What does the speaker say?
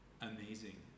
amazing